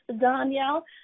Danielle